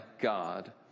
God